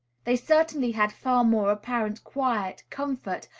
they certainly had far more apparent quiet, comfort,